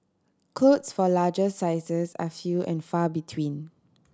clothes for larger sizes are few and far between